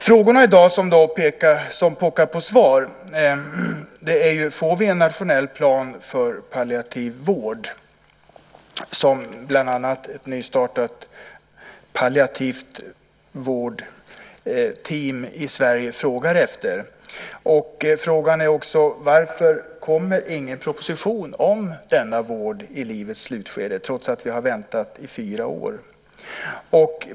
Frågorna i dag, som pockar på svar, är om vi får en nationell plan för palliativ vård - något som bland annat ett nystartat palliativt vårdteam i Sverige frågar efter - och varför det inte kommer någon proposition om palliativ vård i livets slutskede trots väntan i fyra år.